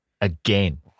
again